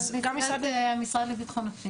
גם משרד לבטחון פנים?